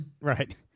Right